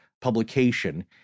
publication